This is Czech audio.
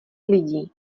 lidí